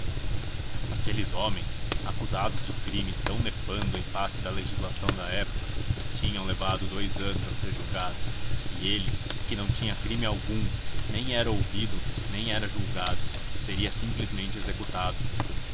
aqueles homens acusados de crime tão nefando em face da legislação da época tinham levado dous anos a ser julgados e ele que não tinha crime algum nem era ouvido nem era julgado seria simplesmente executado